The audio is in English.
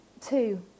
two